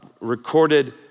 recorded